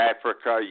Africa